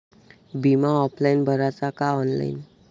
बिमा ऑफलाईन भराचा का ऑनलाईन?